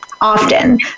often